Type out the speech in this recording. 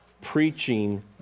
preaching